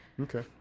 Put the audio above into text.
Okay